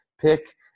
pick